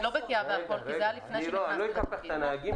אני לא בקיאה בכול, זה היה לפני שנכנסתי לתפקיד.